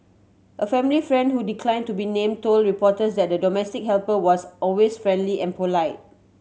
a family friend who declined to be named told reporters that the domestic helper was always friendly and polite